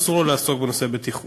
אסור לו לעסוק בנושא הבטיחות.